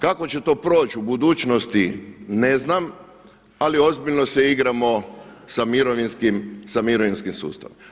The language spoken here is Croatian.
Kako će to proći u budućnosti ne znam, ali ozbiljno se igramo sa mirovinskim sustavom.